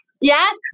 Yes